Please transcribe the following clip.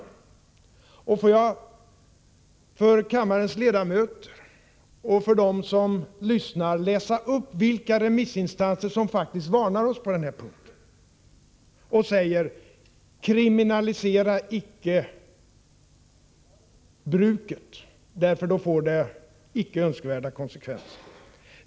Får jag för kammarens ledamöter och andra som lyssnar räkna upp vilka remissinstanser som faktiskt varnar oss på den här punkten och säger: Kriminalisera icke bruket, för det får icke önskvärda konsekvenser!